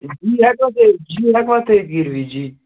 جی ہیٚکو تیٚلہِ جی ہیٚکوا تُہۍ گِرو جی